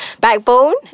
backbone